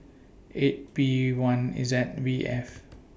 eight P one Z V F